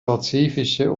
pazifische